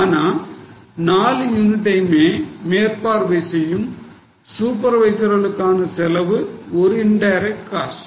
ஆனா நாலு யூனிட்டையுமே மேற்பார்வை செய்யும் சூப்பர்வைசர்கக்ளுகான செலவு ஒரு இன்டைரக்ட் காஸ்ட்